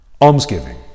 Almsgiving